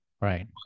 Right